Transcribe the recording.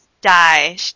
die